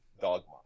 dogma